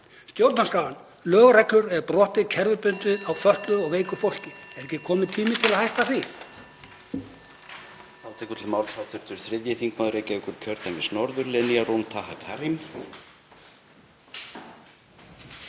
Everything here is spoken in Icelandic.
Stjórnarskráin, lög og reglur eru brotnar kerfisbundið á fötluðu og veiku fólki. Er ekki kominn tími til að hætta því?